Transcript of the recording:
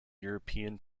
european